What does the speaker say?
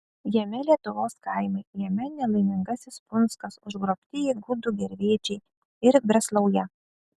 jame lietuvos kaimai jame nelaimingasis punskas užgrobtieji gudų gervėčiai ir breslauja